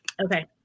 Okay